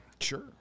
Sure